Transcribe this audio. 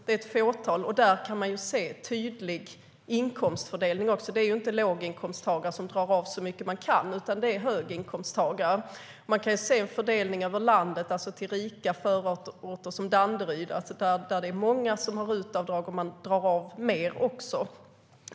Det är ett fåtal, och där kan man också tydligt se inkomstfördelningen. Det är inte låginkomsttagare som drar av så mycket de kan, utan det är höginkomsttagare. Man kan också se fördelningen över landet. I rika förorter som Danderyd där det är många som har RUT-avdrag drar man också av mer.